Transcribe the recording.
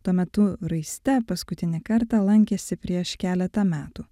tuo metu raiste paskutinį kartą lankėsi prieš keletą metų